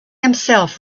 himself